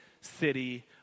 city